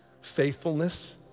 faithfulness